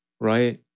right